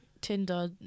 Tinder